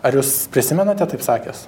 ar jūs prisimenate taip sakęs